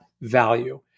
value